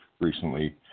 recently